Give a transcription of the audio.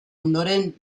ondoren